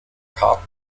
karten